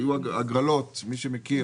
היו הגרלות, מי שמכיר.